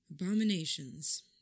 Abominations